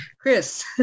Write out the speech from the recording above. Chris